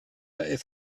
der